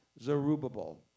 Zerubbabel